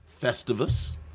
Festivus